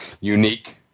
unique